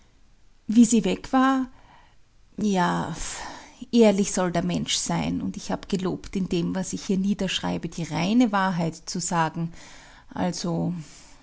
wie sie weg war ja ehrlich soll der mensch sein und ich hab gelobt in dem was ich hier niederschreibe die reine wahrheit zu sagen also